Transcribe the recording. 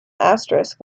asterisk